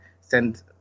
send